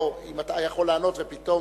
אתה יכול לענות, אבל פתאום